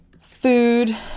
food